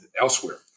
elsewhere